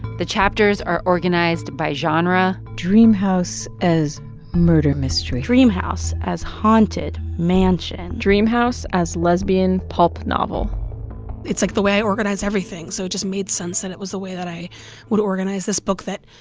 the chapters are organized by genre dream house as murder mystery dream house as haunted mansion dream house as lesbian pulp novel it's, like, the way i organize everything, so it just made sense and it was a way that i would organize this book that,